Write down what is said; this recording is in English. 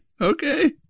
Okay